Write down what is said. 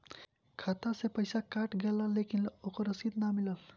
खाता से पइसा कट गेलऽ लेकिन ओकर रशिद न मिलल?